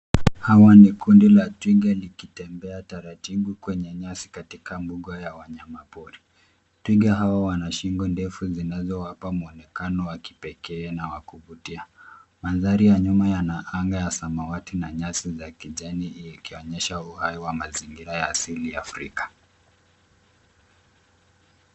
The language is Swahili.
Hawa ni kundi la twiga likitembea taratibu kwenye nyasi katika mbuga ya wanyamapori. Twiga hao wana shingo ndefu zinazowapa muonekano wa kipekee na wa kuvutia. Madhari ya nyuma yana anga ya samawati na nyasi za kijani ikionyesha uhai wa mazingira ya asili ya Afrika.